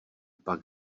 pak